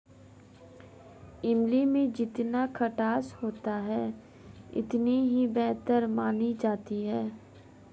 इमली में जितना खटास होता है इतनी ही बेहतर मानी जाती है